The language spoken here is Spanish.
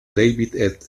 david